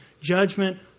Judgment